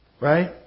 right